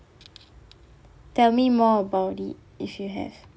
tell me more about it if you have